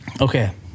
Okay